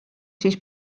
siis